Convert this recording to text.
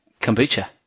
kombucha